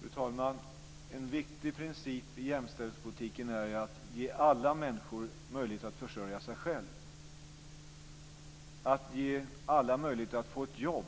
Fru talman! En viktig princip i jämställdhetspolitiken är att ge alla människor möjlighet att försörja sig själva, att ge alla möjlighet att få ett jobb.